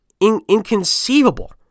inconceivable